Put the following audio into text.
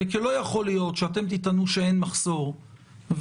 כי לא יכול להיות שאתם תטענו שאין מחסור וכולם,